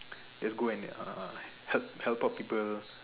just go and uh help help out people